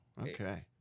Okay